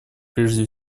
прежде